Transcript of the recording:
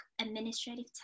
administrative